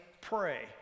pray